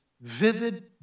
vivid